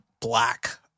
black